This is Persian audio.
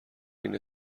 این